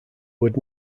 would